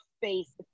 face